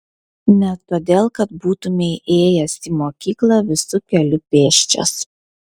ne todėl kad būtumei ėjęs į mokyklą visu keliu pėsčias